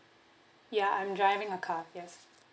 ya I'm driving a car yes